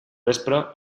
vespre